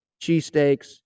cheesesteaks